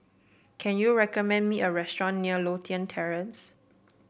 can you recommend me a restaurant near Lothian Terrace